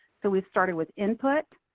so we started with input,